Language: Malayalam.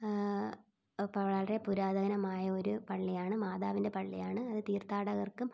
വളരെ പുരാതനമായൊരു പള്ളിയാണ് മാതാവിൻ്റെ പള്ളിയാണ് അത് തീർത്ഥാടകർക്കും